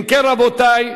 אם כן, רבותי,